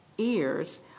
ears